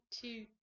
two